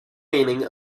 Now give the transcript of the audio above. meaning